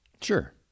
Sure